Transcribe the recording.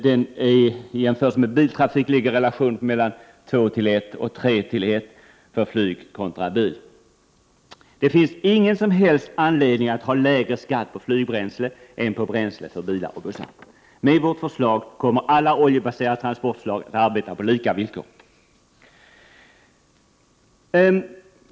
I jämförelse med 35 biltrafik ligger relationen mellan 2:1 och 3:1 för flyg kontra bil. Det finns ingen som helst anledning att ha lägre skatt på flygbränsle än på bränsle för bilar och bussar. Med vårt förslag kommer alla oljebaserade transportslag att arbeta på lika villkor.